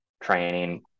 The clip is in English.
training